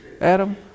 Adam